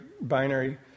binary